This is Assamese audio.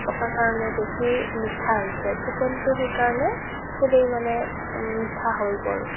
পকা কাৰণে বেছি মিঠা হৈছে চিকেনটো সেইকাৰণে খুবেই মানে মিঠা হৈ গ'ল